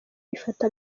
ifata